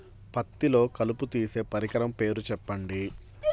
పత్తిలో కలుపు తీసే పరికరము పేరు చెప్పండి